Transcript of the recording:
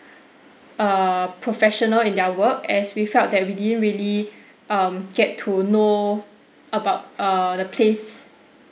err professional in their work as we felt that we didn't really um get to know about err the place